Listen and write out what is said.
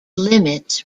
limits